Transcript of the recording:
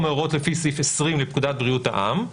מההוראות לפי סעיף 20 לפקודת בריאות העם,